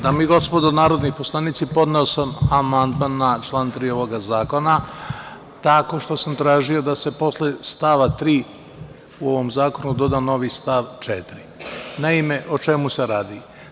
Dame i gospodo narodni poslanici, podneo sam amandman na član 3. ovoga zakona, tako što sam tražio da se posle stava 3. u ovom zakonu, doda novi stav 4. Naime, o čemu se radi?